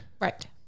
Right